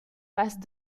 passe